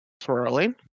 swirling